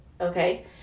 okay